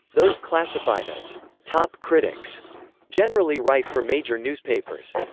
those classified as top critics generally write for major newspapers.